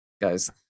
Guys